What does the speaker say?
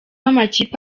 amakipe